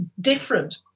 different